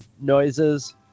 noises